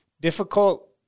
difficult